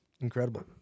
Incredible